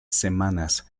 semanas